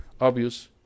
Obvious